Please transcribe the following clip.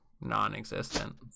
non-existent